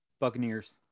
Buccaneers